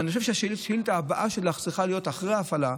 ואני חושב שהשאילתה הבאה שלך צריכה להיות אחרי ההפעלה.